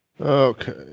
Okay